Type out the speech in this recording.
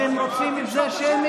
אתם רוצים את זה שמית?